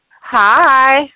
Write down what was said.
Hi